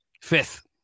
Fifth